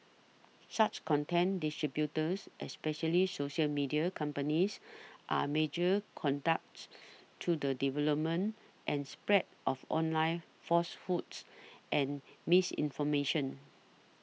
such content distributors especially social media companies are major conduits to the development and spread of online falsehoods and misinformation